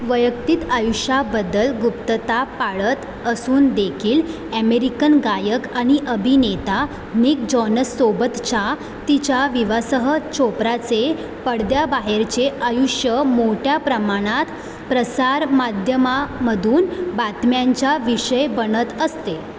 वैयक्तिक आयुष्याबद्दल गुप्तता पाळत असून देखील ॲमेरिकन गायक आणि अभिनेता निक जॉनससोबतच्या तिच्या विवाह चोप्राचे पडद्याबाहेरचे आयुष्य मोठ्या प्रमाणात प्रसार माध्यमामधून बातम्यांच्या विषय बनत असते